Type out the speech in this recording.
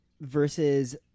versus